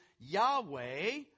Yahweh